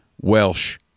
Welsh